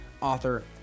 author